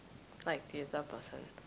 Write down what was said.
like theatre person